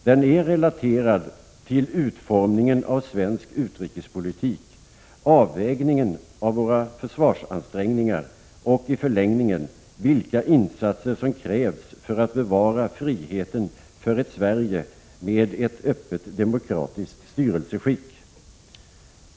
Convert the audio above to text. Den är relaterad till utformningen av svensk utrikespolitik, till avvägningen av våra försvarsansträngningar och i förlängningen till bedömningen av vilka insatser som krävs för att bevara friheten för ett Sverige med ett öppet demokratiskt styrelseskick.